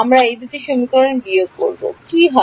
আমরা এই দুটি সমীকরণ বিয়োগ কি হয়